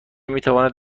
میتواند